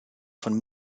von